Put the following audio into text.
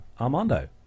armando